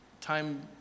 time